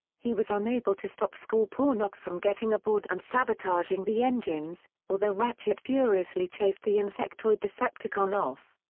he was unable to stop scorponok from getting aboard and sabotaging the engines, although ratchet furiously chased the insectoid decepticon off.